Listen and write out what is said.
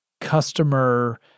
customer